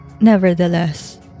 Nevertheless